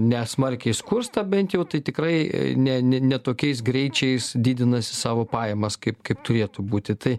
ne smarkiai skursta bent jau tai tikrai ne ne ne tokiais greičiais didinasi savo pajamas kaip kaip turėtų būti tai